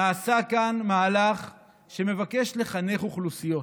נעשה כאן מהלך שמבקש לחנך אוכלוסיות